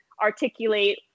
articulate